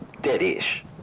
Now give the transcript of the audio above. dead-ish